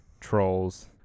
Trolls